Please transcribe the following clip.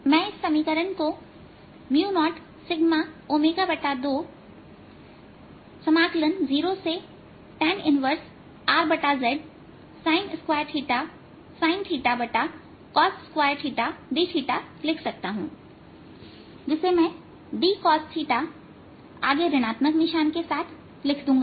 मैं इस समीकरण को 0σω20tan 1Rz sin2 sinθcos2dθलिख सकता हूंजिसे मैं dcosθआगे ऋणात्मक निशान के साथ लिख दूंगा